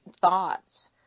thoughts